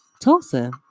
Tulsa